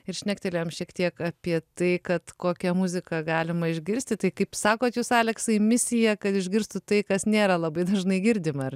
ir šnektelėjom šiek tiek apie tai kad kokią muziką galima išgirsti tai kaip sakot jūs aleksai misija kad išgirstų tai kas nėra labai dažnai girdima ar